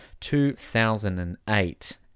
2008